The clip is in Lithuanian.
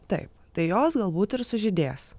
taip tai jos galbūt ir sužydės